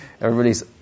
everybody's